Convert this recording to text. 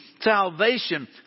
salvation